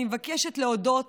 אני מבקשת להודות